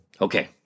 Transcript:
Okay